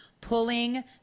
Pulling